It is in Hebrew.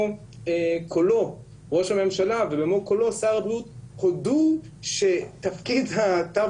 קולו ראש הממשלה ובמו קולו שר הבריאות הודו שתפקיד התו